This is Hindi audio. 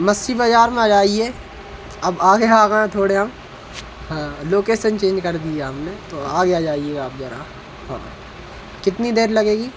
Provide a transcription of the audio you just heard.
मसी बजार में आ जाइए अब आगे आ गए हैं थोड़े हम हाँ लोकेसन चेंज कर दिया हमने तो आगे जाइएगा आप जरा कितनी देर लगेगी